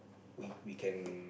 we we can